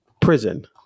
prison